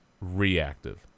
reactive